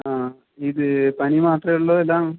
ആ ഇത് പനി മാത്രമെ ഉള്ളോ അല്ല